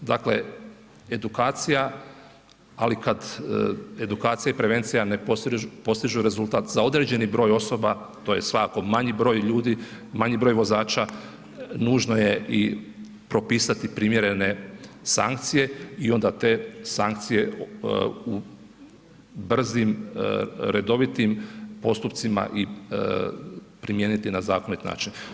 Dakle, edukacija, ali kad edukacija i prevencija ne postižu rezultat za određeni broj osoba, to je svakako manji broj ljudi, manji broj vozača, nužno je i propisati primjerene sankcije i onda te sankcije u brzim redovitim postupcima i primijeniti na zakonit način.